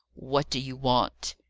what do you want?